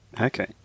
Okay